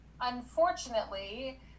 unfortunately